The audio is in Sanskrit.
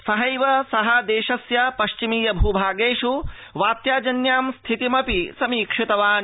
सहैव स देशस्य पश्चिमीय भूभागेषु वात्या जन्यां स्थितिमपि समीक्षितवान्